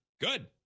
Good